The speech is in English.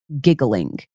giggling